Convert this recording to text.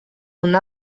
una